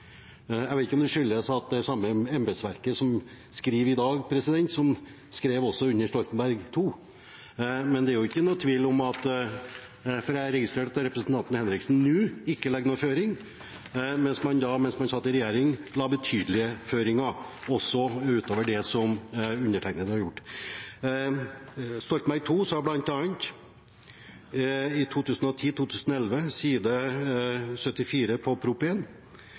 Jeg vet ikke om det skyldes at det er det samme embetsverket som skriver i dag, som også skrev under Stoltenberg II-regjeringen, men jeg registrerte at representanten Henriksen nå ikke legger noen føringer, mens man, da man satt i regjering, la betydelige føringer, også utover det som undertegnede har gjort. Stoltenberg II-regjeringen sa bl.a. i Prop. 1 S for 2010–2011, side 74, at kunnskapsutvikling skal «bidra til at målet i